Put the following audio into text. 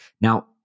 Now